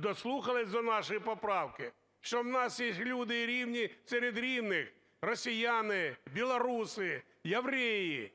дослухались до нашої поправки, що в нас є люди рівні серед рівних: росіяни, білоруси, євреї,